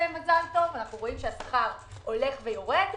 אנחנו רואים שהשכר הולך ויורד,